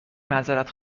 معذرت